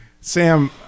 Sam